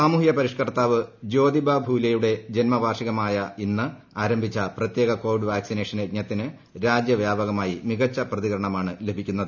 സാമൂഹ്യ പരിഷ്കർത്താവ് ജ്യോതിബ ഫുലെയുടെ ജന്മവാർഷികമായ ഇന്ന് ആരംഭിച്ച പ്രത്യേക കോവീഡ് വാക്സിനേഷൻ യജ്ഞത്തിന് രാജ്യവ്യാപകമായി പ്രമികച്ച പ്രതികരണമാണ് ലഭിക്കുന്നത്